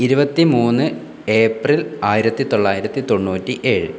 ഇരുപത്തി മൂന്ന് ഏപ്രിൽ ആയിരത്തി തൊള്ളായിരത്തി തൊണ്ണൂറ്റി ഏഴ്